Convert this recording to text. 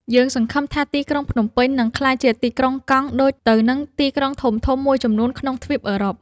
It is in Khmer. យើងសង្ឃឹមថាទីក្រុងភ្នំពេញនឹងក្លាយជា ទីក្រុងកង់ ដូចទៅនឹងទីក្រុងធំៗមួយចំនួនក្នុងទ្វីបអឺរ៉ុប។